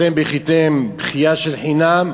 אתם בכיתם בכייה של חינם,